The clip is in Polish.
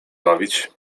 bawić